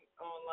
online